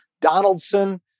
Donaldson